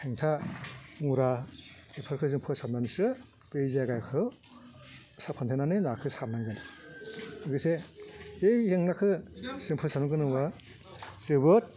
हेंथा मुरा बेफोरखौ जों फोसाबनानैसो बे जायगाखौ फोसाबखांनानै नाखौ सारनांगोन लोगोसे बे जेंनाखौ जों फोसाबनो गोनांबा जोबोद